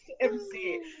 MC